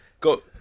go